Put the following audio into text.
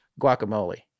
guacamole